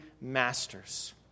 masters